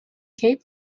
cape